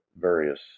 various